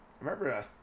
remember